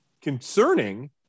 concerning